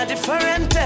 Different